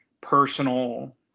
personal